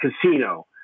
Casino